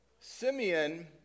Simeon